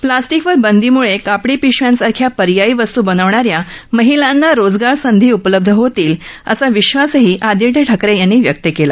प्लास्टिकवर बंदीम्ळे कापडी पिशव्यांसारख्या पर्यायी वस्तू बनवणाऱ्या महिलांना रोजगाराच्या संधी उपलब्ध होतील असा विश्वासही आदित्य ठाकरे यांनी व्यक्त केला